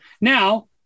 Now